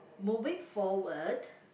moving forward